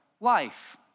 life